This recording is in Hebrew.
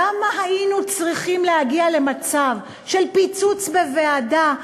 למה היינו צריכים להגיע למצב של פיצוץ בוועדה,